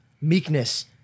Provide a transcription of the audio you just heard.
meekness